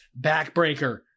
backbreaker